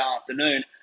afternoon